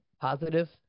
positive